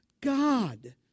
God